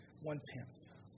one-tenth